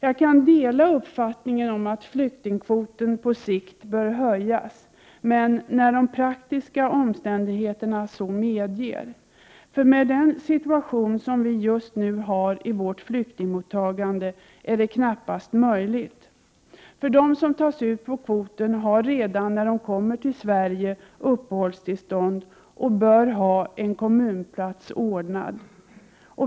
Jag kan dela uppfattningen att flyktingkvoten på sikt bör höjas, när de praktiska omständigheterna så medger. Med den situation som vi just nu har i vårt flyktingmottagande är det knappast möjligt. De som tas ut på kvoten har redan när de kommer till Sverige uppehållstillstånd och bör ha en kommunplats ordnad.